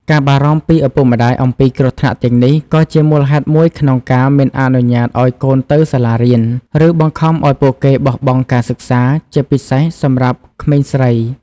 ការបារម្ភពីឪពុកម្តាយអំពីគ្រោះថ្នាក់ទាំងនេះក៏ជាមូលហេតុមួយក្នុងការមិនអនុញ្ញាតឱ្យកូនទៅសាលារៀន ឬបង្ខំឱ្យពួកគេបោះបង់ការសិក្សា ជាពិសេសសម្រាប់ក្មេងស្រី។